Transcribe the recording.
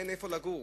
אין איפה לגור.